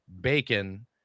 bacon